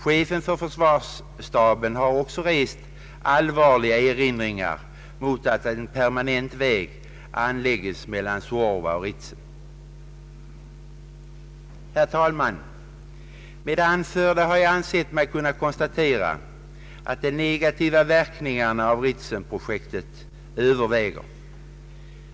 Chefen för försvarsstaben har också rätt allvarliga erinringar mot att en permanent väg anläggs mellan Suorva och Ritsem. Herr talman! Med det anförda har jag ansett mig kunna konstatera att de negativa verkningarna av Ritsemprojektet överväger.